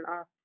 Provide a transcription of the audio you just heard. off